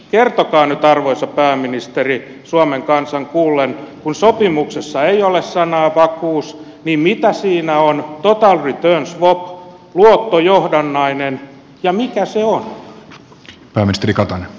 kertokaa nyt arvoisa pääministeri suomen kansan kuullen kun sopimuksessa ei ole sanaa vakuus niin mitä siinä on total return swap luottojohdannainen ja mikä se on